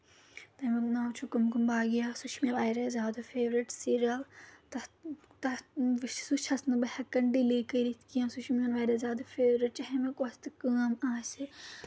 تَمیُک ناو چھُ کُمکم باغیا سُہ چھُ مےٚ واریاہ زیادٕ فیورِٹ سیٖریل تتھ تتھ سُہ چھس نہٕ بہٕ ہیٚکان ڈِلے کٔرِتھ کینٛہہ سُہ چھُ میون واریاہ زیادٕ فیورِٹ چاہے مےٚ کۄس تہِ کٲم آسہِ